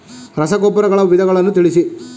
ರಸಗೊಬ್ಬರಗಳ ವಿಧಗಳನ್ನು ತಿಳಿಸಿ?